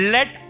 Let